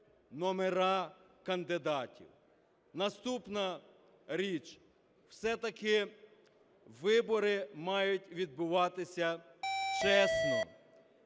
Наступна річ. Все-таки вибори мають відбуватися чесно.